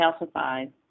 calcifies